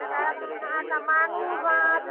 तकर बाद अहाँकेँ माङ्गुर माछ